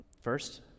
first